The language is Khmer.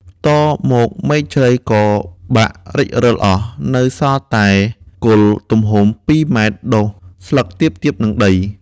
តមកមែកជ្រៃក៏បាក់រិចរិលអស់ នៅសល់តែគល់ទំហំ ២ ម. ដុះស្លឹកទាបៗនឹងដី ។